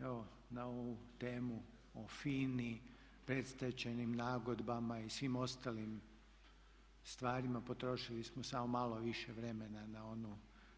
Evo na ovu temu o FINA-i, predstečajnim nagodbama i svim ostalim stvarima potrošili smo samo malo više vremena